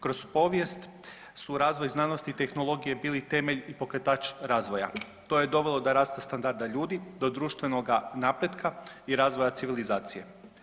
Kroz povijest su razvoj znanosti i tehnologije bili temelj i pokretač razvoja, to je dovelo do rasta standarda ljudi, do društvenoga napretka i razvoja civilizacije.